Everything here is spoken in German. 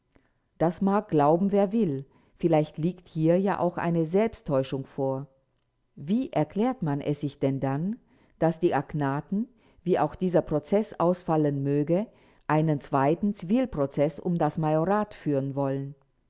das mag glauben wer will vielleicht liegt hier auch eine selbsttäuschung vor wie erklärt man es sich denn dann daß die agnaten wie auch dieser prozeß ausfallen möge einen zweiten zivilprozeß um das majorat führen wollen